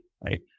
right